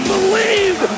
believe